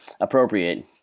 appropriate